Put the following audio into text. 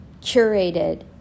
curated